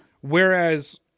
Whereas